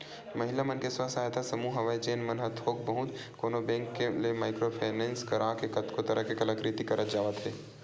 महिला मन के स्व सहायता समूह हवय जेन मन ह थोक बहुत कोनो बेंक ले माइक्रो फायनेंस करा के कतको तरह ले कलाकृति करत जावत हे